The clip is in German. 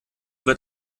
wird